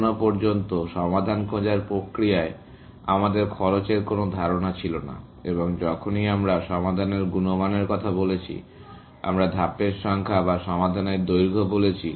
এখনও পর্যন্ত সমাধান খোঁজার প্রক্রিয়ায় আমাদের খরচের কোনো ধারণা ছিল না এবং যখনই আমরা সমাধানের গুণমানের কথা বলেছি আমরা ধাপের সংখ্যা বা সমাধানের দৈর্ঘ্য বলেছি